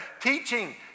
Teaching